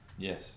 Yes